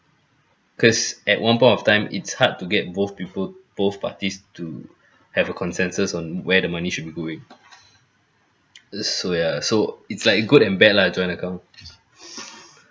because at one point of time it's hard to get both people both parties to have a consensus on where the money should be going so ya so it's like a good and bad lah joint account